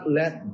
let